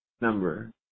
Number